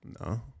No